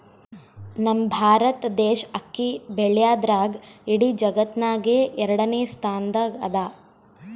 ನಮ್ ಭಾರತ್ ದೇಶ್ ಅಕ್ಕಿ ಬೆಳ್ಯಾದ್ರ್ದಾಗ್ ಇಡೀ ಜಗತ್ತ್ನಾಗೆ ಎರಡನೇ ಸ್ತಾನ್ದಾಗ್ ಅದಾ